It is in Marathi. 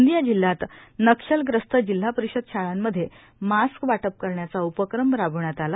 गोंदिया जिल्ह्यात नक्षलग्रस्त जिल्हा परिषद शाळांमध्ये मास्क वाटप करण्याचा उपक्रम राबवण्यात आला